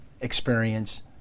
experience